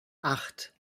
acht